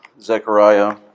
Zechariah